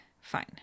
fine